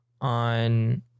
on